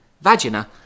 vagina